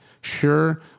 Sure